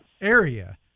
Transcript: area